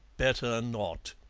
better not.